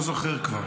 לא זוכר כבר.